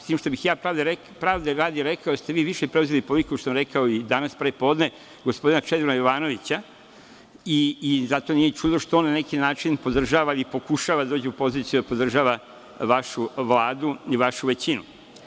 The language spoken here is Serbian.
S tim, što bih pravde radi rekao da ste vi više preuzeli politiku, što sam rekao i danas pre podne, gospodina Čedomira Jovanovića i zato nije ni čudo što on na neki način podržava ili pokušava da uđe u poziciju da podržava vašu Vladu i vašu većinu.